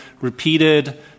repeated